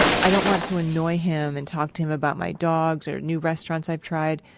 i don't want to annoy him and talk to him about my dogs or new restaurants i've tried.